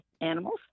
animals